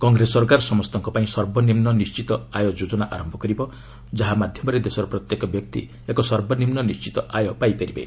କଂଗ୍ରେସ ସରକାର ସମସ୍ତଙ୍କ ପାଇଁ ସର୍ବନିମ୍ନ ନିର୍ଣିତ ଆୟ ଯୋକନା ଆରମ୍ଭ କରିବ ଯାହା ମାଧ୍ୟମରେ ଦେଶର ପ୍ରତ୍ୟେକ ବ୍ୟକ୍ତି ଏକ ସର୍ବନିମ୍ନ ନିିି୍ଣିତ ଆୟ ପାଇପାରିବେ